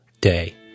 day